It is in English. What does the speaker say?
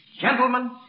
Gentlemen